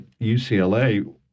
UCLA